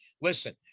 listen